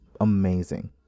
amazing